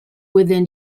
within